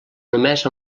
només